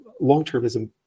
long-termism